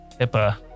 HIPAA